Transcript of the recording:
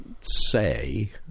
say